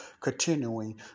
continuing